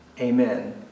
Amen